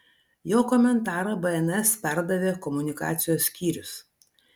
jo komentarą bns perdavė komunikacijos skyrius